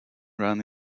ran